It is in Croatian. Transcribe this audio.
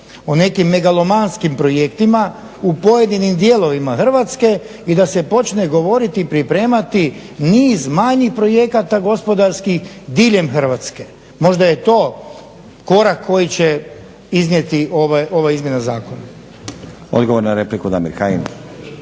o nekim megalomanskim projektima u pojedinim dijelovima Hrvatske i da se počne govoriti i pripremati niz manjih projekata gospodarskih diljem Hrvatske. Možda je to korak koji će iznijeti ova izmjena zakona. **Stazić, Nenad